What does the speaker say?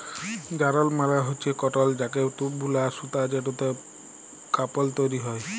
যারল মালে হচ্যে কটল থ্যাকে বুলা সুতা যেটতে কাপল তৈরি হ্যয়